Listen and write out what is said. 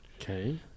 Okay